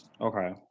Okay